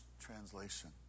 translation